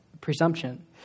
presumption